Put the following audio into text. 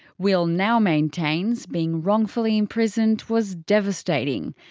will now maintains, being wrongfully imprisoned was devastating.